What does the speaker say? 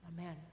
amen